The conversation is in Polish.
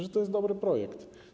Że to jest dobry projekt.